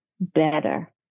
better